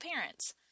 parents